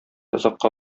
озакка